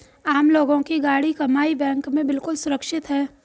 आम लोगों की गाढ़ी कमाई बैंक में बिल्कुल सुरक्षित है